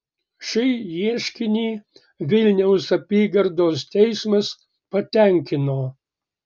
šį ieškinį vilniaus apygardos teismas patenkino